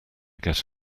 get